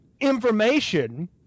information